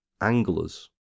anglers